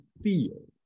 feel